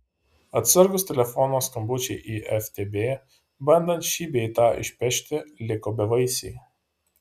atsargūs telefono skambučiai į ftb bandant šį bei tą išpešti liko bevaisiai